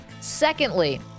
Secondly